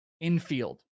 infield